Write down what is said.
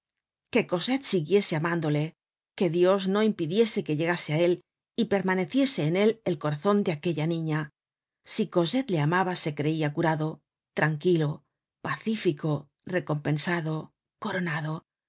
que cosette siguiese amándole que dios no impidiese que llegase á él y permaneciese en él el corazon de aquella niña si cosette le amaba se creia curado tranquilo pacífico recompensado coronado